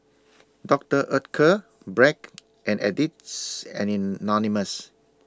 Doctor Oetker Bragg and Addicts Anonymous